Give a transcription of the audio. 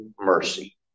mercy